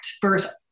first